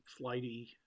flighty